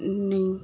نہیں